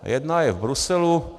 Jedna je v Bruselu.